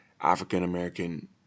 African-American